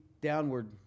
downward